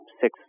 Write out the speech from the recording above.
six